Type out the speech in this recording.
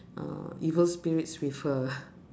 uh evil spirits with her